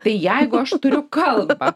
tai jeigu aš turiu kalbą